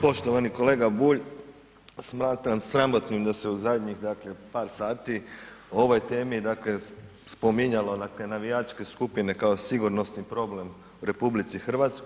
Poštovani kolega Bulj, smatram sramotnim da se u zadnjih dakle par sati o ovoj temi dakle spominjalo na te navijačke skupine kao sigurnosni problem u RH.